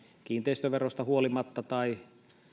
kiinteistöverosta huolimatta tai